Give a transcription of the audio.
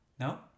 No